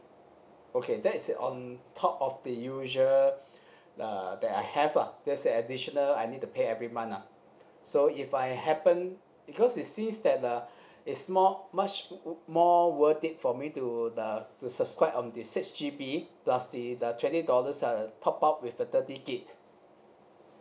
okay that is on top of the usual uh that I have lah that's a additional I need to pay every month lah so if I happen because it seems that uh it's more much more worth it for me to the to subscribe on the six G_B plus the the twenty dollars uh top up with the thirty gig